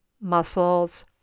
muscles